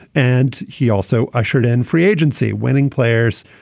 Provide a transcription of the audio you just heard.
and he also ushered in free agency winning players,